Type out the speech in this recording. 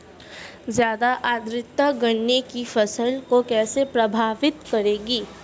ज़्यादा आर्द्रता गन्ने की फसल को कैसे प्रभावित करेगी?